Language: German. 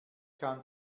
kann